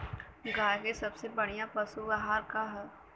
गाय के सबसे बढ़िया पशु आहार का ह?